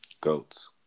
Goats